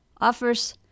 offers